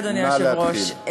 אדוני היושב-ראש,